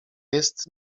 jest